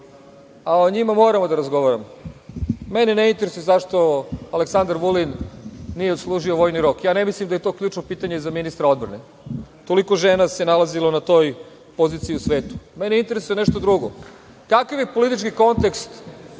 a o njima moramo da razgovaramo. Mene ne interesuje zašto Aleksandar Vulin nije služio vojni rok, ne mislim da je to ključno pitanje za ministra odbrane, toliko žena se nalazilo na toj poziciji u svetu. Mene interesuje nešto drugo. Kakav je politički kontekst